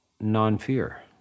non-fear